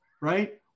right